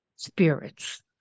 spirits